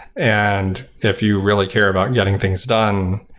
and if you really care about getting things done,